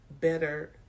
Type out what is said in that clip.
better